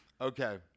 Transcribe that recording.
Okay